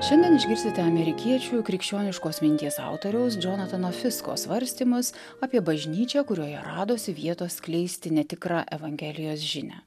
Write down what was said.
šiandien išgirsite amerikiečių krikščioniškos minties autoriaus džonatano fisko svarstymus apie bažnyčią kurioje radosi vietos skleisti netikrą evangelijos žinią